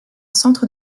centre